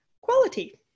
quality